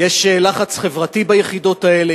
יש לחץ חברתי ביחידות האלה,